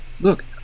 look